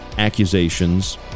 accusations